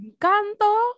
Encanto